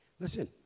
Listen